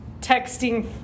Texting